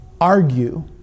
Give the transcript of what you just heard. argue